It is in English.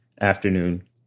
afternoon